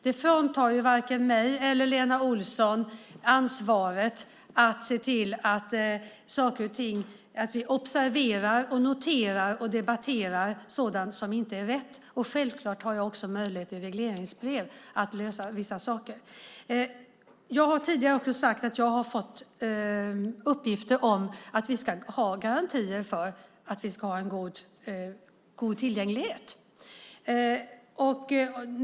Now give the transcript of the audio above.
Det fråntar varken mig eller Lena Olsson ansvaret att observera, notera och debattera sådant som inte är rätt, och självklart har jag också möjlighet att i regleringsbrev lösa vissa saker. Jag har tidigare sagt att jag fått uppgifter om att vi ska ha garantier för att vi ska ha en god tillgänglighet.